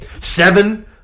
Seven